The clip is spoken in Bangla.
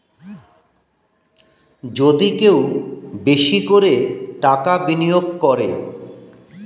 যদি কেউ বেশি করে টাকা বিনিয়োগ করে